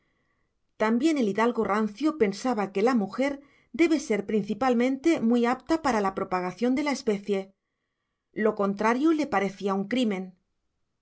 también el hidalgo rancio pensaba que la mujer debe ser principalmente muy apta para la propagación de la especie lo contrario le parecía un crimen